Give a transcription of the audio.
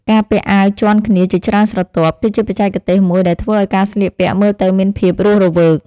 ការពាក់អាវជាន់គ្នាជាច្រើនស្រទាប់ គឺជាបច្ចេកទេសមួយដែលធ្វើឱ្យការស្លៀកពាក់មើលទៅមានភាពរស់រវើក។